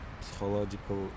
psychological